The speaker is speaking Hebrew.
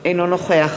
אינו נוכח